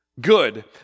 good